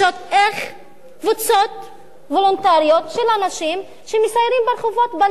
איך קבוצות וולונטריות של אנשים שמסיירים ברחובות בלילה,